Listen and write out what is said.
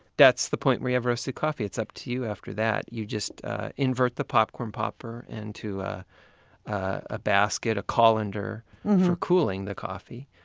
that's the point where you have roasted coffee. it's up to you after that you just invert the popcorn popper into a ah basket or a colander for cooling the coffee.